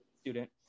student